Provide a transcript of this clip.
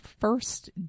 first